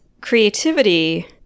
creativity